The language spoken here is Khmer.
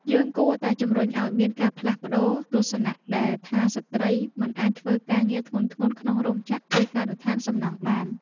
យើងគួរតែជំរុញឱ្យមានការផ្លាស់ប្តូរទស្សនៈដែលថាស្ត្រីមិនអាចធ្វើការងារធ្ងន់ៗក្នុងរោងចក្រ ឬការដ្ឋានសំណង់បាន។